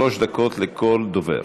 שלוש דקות לכל דובר.